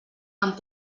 amb